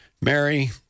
Mary